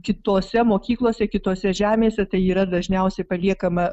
kitose mokyklose kitose žemėse tai yra dažniausiai paliekama